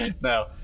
No